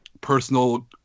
Personal